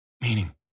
Meaning